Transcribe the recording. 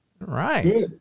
Right